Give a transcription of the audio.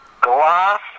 glass